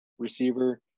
Receiver